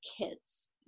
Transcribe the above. kids